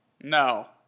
No